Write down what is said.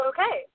Okay